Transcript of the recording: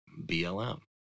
BLM